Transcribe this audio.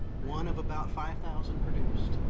one of about five thousand produced.